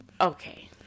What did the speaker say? okay